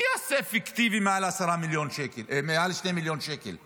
מי יעשה את זה פיקטיבי, מעל 2 מיליון שקל בשנה?